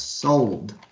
Sold